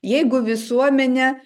jeigu visuomenė